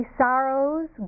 sorrows